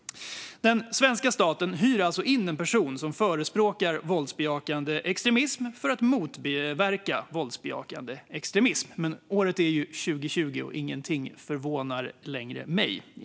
Den svenska staten hyr alltså in en person som förespråkar våldsbejakande extremism för att motverka våldsbejakande extremism. Men året är ju 2020, och ingenting förvånar längre mig.